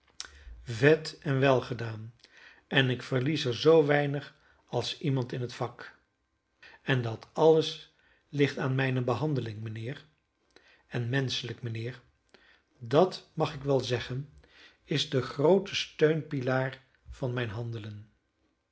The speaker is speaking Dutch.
vet en welgedaan en ik verlies er zoo weinig als iemand in het vak en dat alles ligt aan mijne behandeling mijnheer en menschelijk mijnheer dat mag ik wel zeggen is de groote steunpilaar van mijn handelen